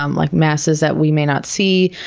um like masses that we may not see,